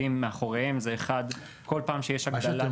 שאתם